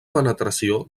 penetració